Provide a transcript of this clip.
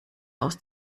aus